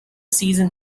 season